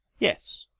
yes,